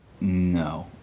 No